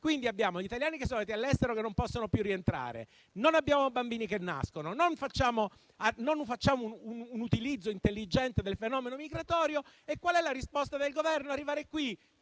quindi degli italiani che sono all'estero e che non possono più rientrare, non nascono bambini, non facciamo un utilizzo intelligente del fenomeno migratorio e qual è la risposta del Governo? Arrivare qui